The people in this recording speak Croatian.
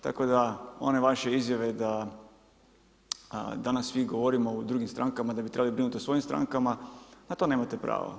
Tako da one vaše izjave da danas svi govorimo o drugim strankama, da bi trebali brinuti o svojim strankama, na to nemate pravo.